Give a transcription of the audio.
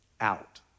out